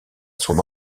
son